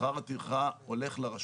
שכר הטרחה הולך לרשות.